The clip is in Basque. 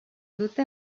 dute